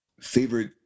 favorite